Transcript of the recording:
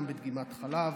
גם בדגימת חלב.